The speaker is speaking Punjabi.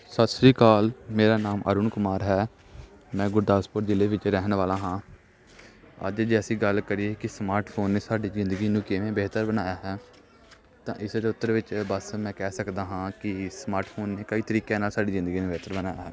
ਸਤਿ ਸ਼੍ਰੀ ਅਕਾਲ ਮੇਰਾ ਨਾਮ ਅਰੁਣ ਕੁਮਾਰ ਹੈ ਮੈਂ ਗੁਰਦਾਸਪੁਰ ਜ਼ਿਲ੍ਹੇ ਵਿੱਚ ਰਹਿਣ ਵਾਲਾ ਹਾਂ ਅੱਜ ਜੇ ਅਸੀਂ ਗੱਲ ਕਰੀਏ ਕਿ ਸਮਾਰਟ ਫੋਨ ਨੇ ਸਾਡੀ ਜ਼ਿੰਦਗੀ ਨੂੰ ਕਿਵੇਂ ਬਿਹਤਰ ਬਣਾਇਆ ਹੈ ਤਾਂ ਇਸ ਦੇ ਉੱਤਰ ਵਿੱਚ ਬਸ ਮੈਂ ਕਹਿ ਸਕਦਾ ਹਾਂ ਕਿ ਸਮਾਰਟ ਫੋਨ ਨੇ ਕਈ ਤਰੀਕਿਆਂ ਨਾਲ ਸਾਡੀ ਜ਼ਿੰਦਗੀ ਦੇ ਵਿੱਚ